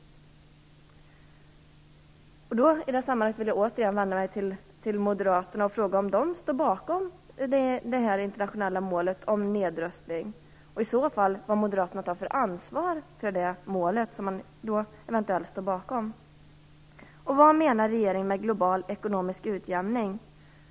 I det sammanhanget vill jag återigen vända mig till moderaterna: Står ni bakom det internationella målet om nedrustning? I så fall undrar jag vad moderaterna tar för ansvar för det målet. Vad menar regeringen med global ekonomisk utjämning?